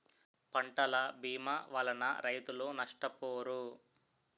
పంటల భీమా వలన రైతులు నష్టపోరు